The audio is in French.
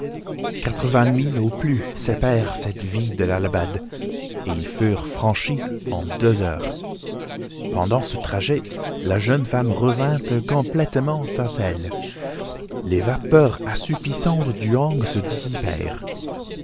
milles au plus séparent cette ville d'allahabad et ils furent franchis en deux heures pendant ce trajet la jeune femme revint complètement à elle les vapeurs assoupissantes du hang se